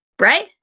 right